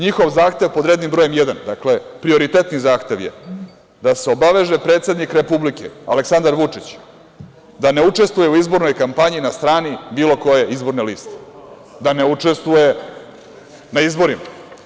Njihov zahtev pod rednim brojem jedan, dakle prioritetni zahtev je da se obaveže predsednik Republike, Aleksandar Vučić, da ne učestvuje u izbornoj kampanji na strani bilo koje izborne liste, da ne učestvuje na izborima.